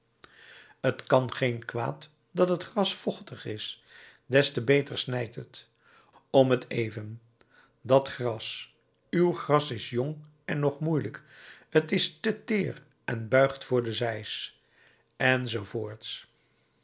t kan geen kwaad dat het gras vochtig is des te beter snijdt het om t even dat gras uw gras is jong en nog moeielijk t is te teer en buigt voor de zeis